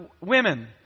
women